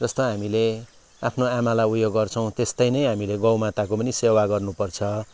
जस्तो हामीले आफ्नो आमालाई उयो गर्छौँ त्यस्तै नै हामीले गौमाताको पनि सेवा गर्नु पर्छ